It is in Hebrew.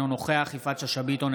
אינו נוכח יפעת שאשא ביטון,